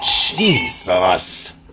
Jesus